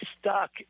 stuck